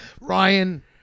Ryan